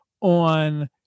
on